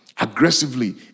Aggressively